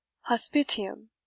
hospitium